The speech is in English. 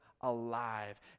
alive